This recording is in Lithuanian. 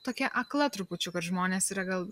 tokia akla trupučiuką ir žmonės yra gal